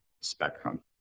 spectrum